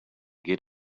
get